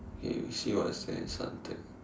okay we see what is at Suntec